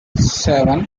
seven